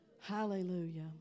Hallelujah